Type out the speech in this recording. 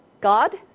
God